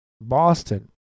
Boston